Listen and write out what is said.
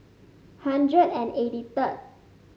hundred and eighty third